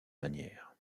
manières